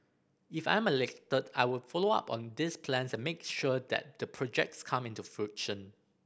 if I'm elected I will follow up on these plans and make sure that the projects come into fruition